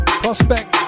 prospect